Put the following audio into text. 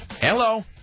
Hello